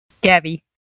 Gabby